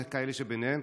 וכאלה שביניהן.